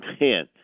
man